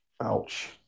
Ouch